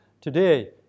today